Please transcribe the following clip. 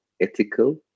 ethical